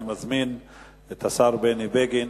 אני מזמין את השר בני בגין